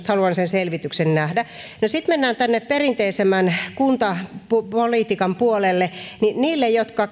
mutta haluan sen selvityksen nähdä no sitten mennään tänne perinteisemmän kuntapolitiikan puolelle niille jotka